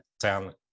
talent